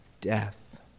Death